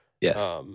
Yes